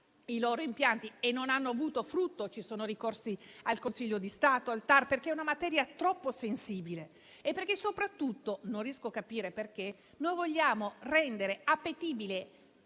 i loro impianti e non hanno avuto frutto e ci sono ricorsi al Consiglio di Stato e al Tar, perché è una materia troppo sensibile. Soprattutto, non riesco a capire perché, invece di rendere appetibile